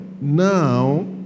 Now